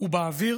ובאוויר